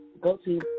go-to